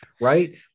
right